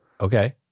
Okay